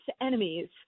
enemies